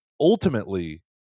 ultimately